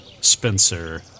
Spencer